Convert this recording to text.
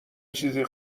چیزی